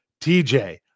TJ